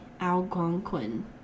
Algonquin